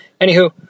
anywho